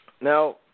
Now